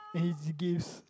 then his gifts